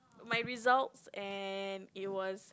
my results and it was